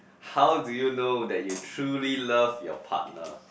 how do you know that you truly love your partner